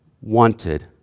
wanted